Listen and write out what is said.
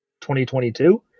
2022